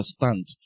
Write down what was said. understand